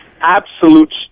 absolute